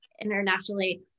internationally